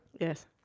Yes